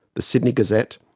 the sydney gazette,